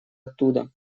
оттуда